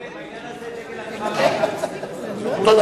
בעניין הזה דגל התורה ואגודת ישראל אותו דבר.